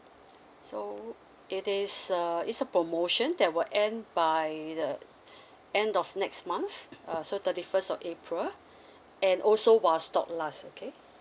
so it is uh it's a promotion that will end by the end of next month uh so thirty first of april and also while stock last okay